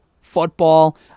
football